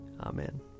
Amen